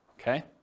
okay